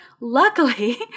luckily